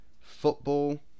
football